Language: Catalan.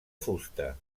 fusta